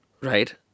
right